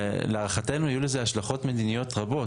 להערכתנו יהיו לזה השלכות מדיניות רבות.